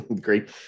Great